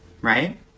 Right